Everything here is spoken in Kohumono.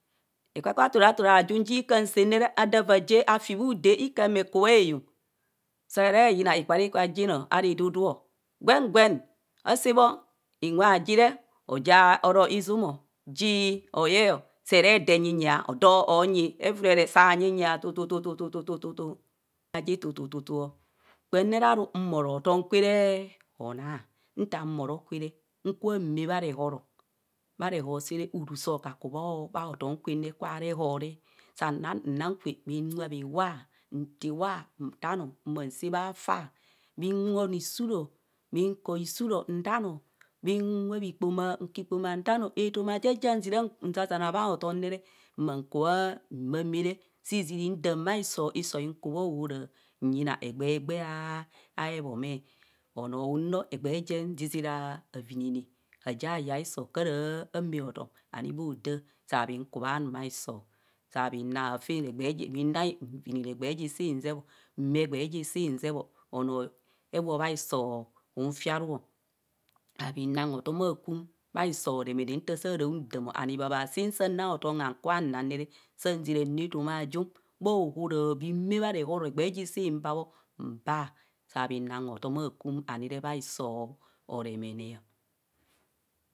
Ekpakpa turatu aajun adaa tuu je asaa bhu daa ikaa mee ku bha eyong. Soa royina ikpaikpa jimo ara iduduo gwen gwen asaa bho inwe aji re aja oro izum or ji oyeo re de nyenyea, odoo onyi evurere saa nyenyeo tutututututu ji tututu o. Kpam ne re aru moroo otam kware honaa, nkubha maa bha rehoro, reho saa re uruu sookaku bho bha tom kwe kwa reho re, saa naa kwe, nwap iwa, ntiwa maa taano na saa bha afa, bhi wap isuro rhinko isuro ntaano, bhiwap ikpoma nkoo ikpama ntaano, otoma je ja zira nsazana bha otom ma kubha maamaa re sizirii daam baisoo, isoo hinku baohora, nyina egbee egbee abhobee. Onoo unno egbee jem zizira avinene oyie yaisoo kara maa atom oni moda, saa bhiku bha num isoo, saa bhi naa afen egbee bhinrai nvenene egbee jise zepo mạạ igbee jisi nzebo onoo ewoo baisoo hunfi anu o saa bhi nang hotom akwum baa isore mene ntaa saa raa udam o and hibhaa siim saa naa hotom ku bha nang ne re saa ziraa nu etoma ajum bhaohora, bhimaa bha nhoro agbee sibaa bho me aa saa bhi naa hotom abuwum bhaiso onmoneo